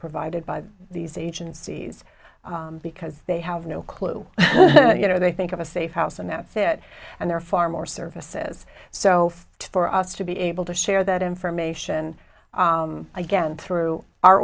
provided by these agencies because they have no clue that you know they think of a safe house and that fit and there are far more services so for us to be able to share that information again through our